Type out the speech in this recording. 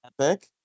Epic